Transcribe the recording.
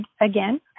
again